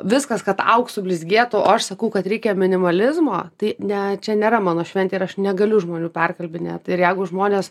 viskas kad auksu blizgėtų o aš sakau kad reikia minimalizmo tai ne čia nėra mano šventė ir aš negaliu žmonių perkalbinėt ir jeigu žmonės